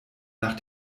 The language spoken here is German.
nach